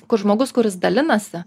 kur žmogus kuris dalinasi